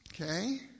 okay